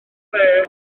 dde